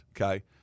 okay